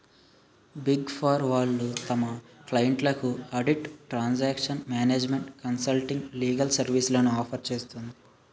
big four వాళ్ళు తమ క్లయింట్లకు audit, taxation, management consulting, legal సర్వీస్లను ఆఫర్ చేస్తుంది